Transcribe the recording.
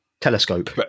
Telescope